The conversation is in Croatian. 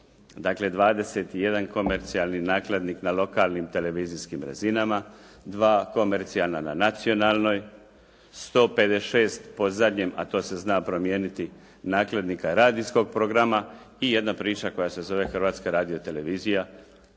Dakle, 21 je komercijalni nakladnik na lokalnim televizijskim razinama, 2 komercijalna na nacionalnoj, 156 po zadnjem, a to se zna promijeniti nakladnika radijskog programa i jedna priča koja se zove Hrvatska radio televizija